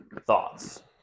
Thoughts